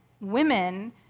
women